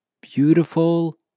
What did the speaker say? beautiful